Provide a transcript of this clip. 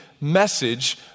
message